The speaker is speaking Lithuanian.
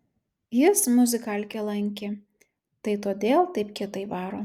jis muzikalkę lankė tai todėl taip kietai varo